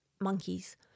monkeys